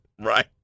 right